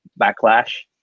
backlash